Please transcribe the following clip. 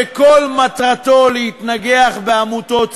שכל מטרתו להתנגח בעמותות שמאל,